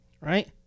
Right